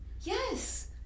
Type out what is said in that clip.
Yes